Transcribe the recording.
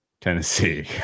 Tennessee